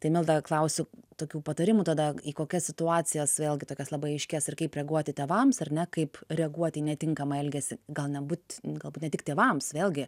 tai milda klausiu tokių patarimų tada į kokias situacijas vėlgi tokias labai aiškias ir kaip reaguoti tėvams ar ne kaip reaguoti į netinkamą elgesį gal nebūt galbūt ne tik tėvams vėlgi